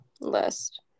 list